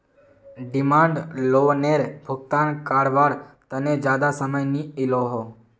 demand लोअनेर भुगतान कारवार तने ज्यादा समय नि इलोह